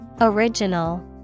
Original